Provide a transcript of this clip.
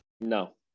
No